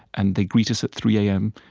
and they greet us at three a m,